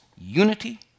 unity